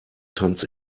tanz